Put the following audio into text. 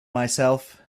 myself